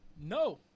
No